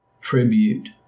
Tribute